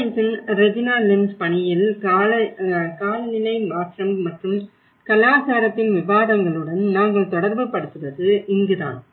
பிலிப்பைன்ஸின் Regina Lim's பணியில் காலநிலை மாற்றம் மற்றும் கலாச்சாரத்தின் விவாதங்களுடன் நாங்கள் தொடர்புபடுத்துவது இங்குதான்